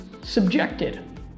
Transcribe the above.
subjected